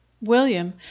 william